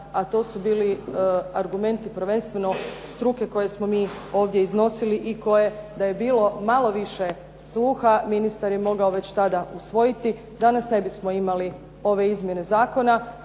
a to su bili argumenti prvenstveno struke koje smo mi ovdje iznosili i koje da je bilo malo više sluha, ministar je mogao već tada usvojiti, danas ne bismo imali ove izmjene zakona